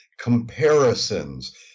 comparisons